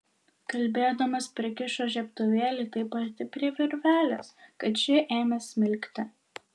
kalbėdamas prikišo žiebtuvėlį taip arti prie virvelės kad ši ėmė smilkti